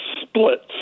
splits